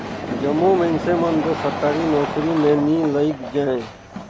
जम्मो मइनसे मन दो सरकारी नउकरी में नी लइग जाएं